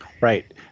right